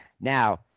Now